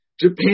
Japan